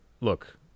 look